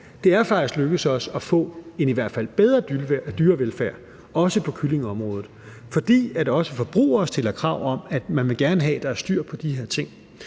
at det faktisk er lykkedes os at få en i hvert fald bedre dyrevelfærd, også på kyllingeområdet, fordi også forbrugere stiller krav om, at man gerne vil have, at der er styr på de her ting.